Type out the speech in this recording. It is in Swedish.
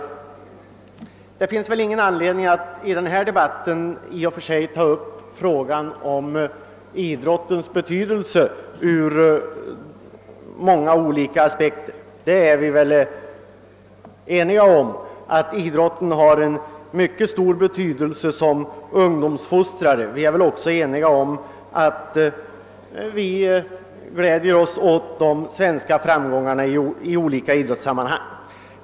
Det finns ingen anledning att i denne debatt ta upp frågan om idrottens betydelse ur många olika aspekter; vi är eniga om att idrotten har mycket stor betydelse som ungdomsfostrare, och vi gläder oss alla åt de svenska framgångarna i olika idrottssammanhang.